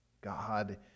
God